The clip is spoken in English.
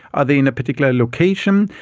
are they in a particular location,